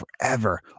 forever